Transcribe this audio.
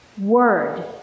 word